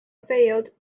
failed